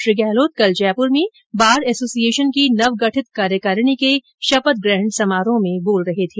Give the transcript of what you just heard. श्री गहलोत कल जयपुर में bar association की नवगठित कार्यकारिणी के शपथ ग्रहण समारोह में बोल रहे थे